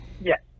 Yes